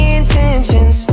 intentions